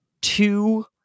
two